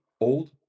old